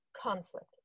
conflict